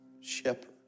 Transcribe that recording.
shepherd